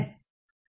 ठीक है